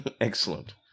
Excellent